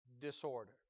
disorder